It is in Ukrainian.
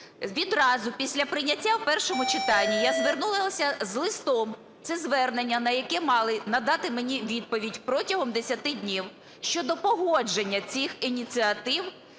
Відразу після прийняття в першому читанні я звернулася з листом, це звернення, на яке мали надати мені відповідь протягом 10 днів, щодо погодження цих ініціатив